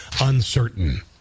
uncertain